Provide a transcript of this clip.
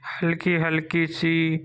ہلکی ہلکی سی